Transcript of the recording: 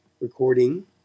Recording